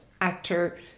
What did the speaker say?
actor